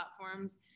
platforms